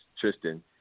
Tristan